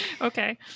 Okay